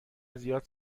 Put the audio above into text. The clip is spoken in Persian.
زیاد